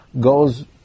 goes